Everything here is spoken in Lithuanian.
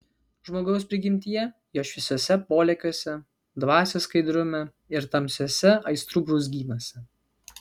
žmogaus prigimtyje jo šviesiuose polėkiuose dvasios skaidrume ir tamsiuose aistrų brūzgynuose